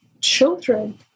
children